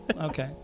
Okay